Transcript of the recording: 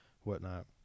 whatnot